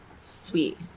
Sweet